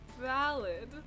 valid